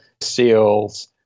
seals